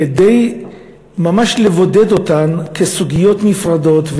כדי ממש לבודד אותם כסוגיות נפרדות,